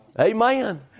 Amen